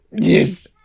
Yes